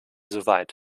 soweit